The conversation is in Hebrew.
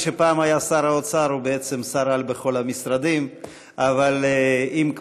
מי שהיה פעם שר האוצר הוא בעצם שר בכל המשרדים אבל אם,